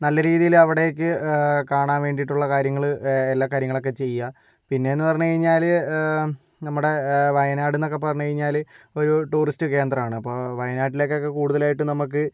നല്ല രീതിയിൽ അവിടേക്ക് കാണാൻ വേണ്ടിയിട്ടുള്ള കാര്യങ്ങള് എല്ലാം കാര്യങ്ങളൊക്കെ ചെയ്യാം പിന്നെ എന്ന് പറഞ്ഞു കഴിഞ്ഞാല് നമ്മുടെ വയനാട്ന്നൊക്കെ പറഞ്ഞു കഴിഞ്ഞാല് ഒരു ടൂറിസ്റ്റ് കേന്ദ്രമാണ് അപ്പോൾ വയനാട്ടിലേക്കൊക്കെ കൂടുതലായിട്ട് നമുക്ക്